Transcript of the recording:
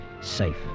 safe